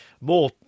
more